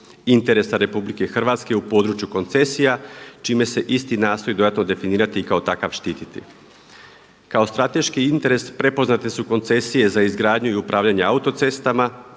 interesa RH u području koncesija čime se isti nastoji dodatno definirati i kao takav štititi. Kao strateški interes prepoznate su koncesije za izgradnju i upravljanje autocestama